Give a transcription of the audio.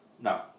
no